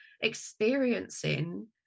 experiencing